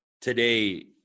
Today